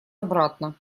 обратно